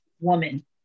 woman